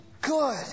good